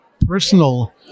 personal